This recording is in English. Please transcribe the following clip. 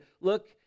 Look